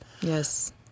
yes